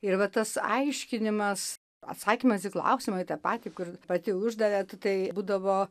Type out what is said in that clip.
ir va tas aiškinimas atsakymas į klausimą į tą patį kur pati uždavėt tai būdavo